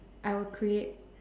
I will create